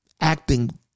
Acting